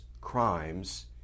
crimes